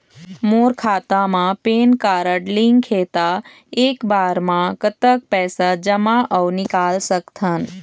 मोर खाता मा PAN card link हे ता एक बार मा कतक पैसा जमा अऊ निकाल सकथन?